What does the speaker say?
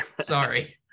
Sorry